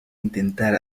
intentar